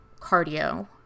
cardio